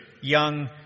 young